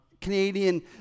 Canadian